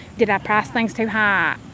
did i price things too high?